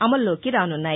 అమల్లోకి రానున్నాయి